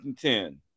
ten